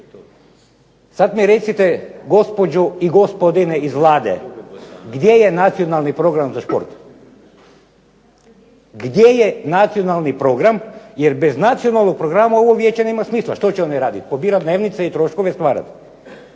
Sada mi recite gospođo i gospodine iz Vlade, gdje je Nacionalni program za šport? Gdje je nacionalni program, jer bez nacionalnog programa ovo vijeće nema smisla. Što će oni raditi? Pobirati dnevnice i troškove stvarati.